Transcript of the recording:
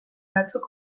batzuk